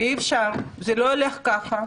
אי אפשר, זה לא הולך כך.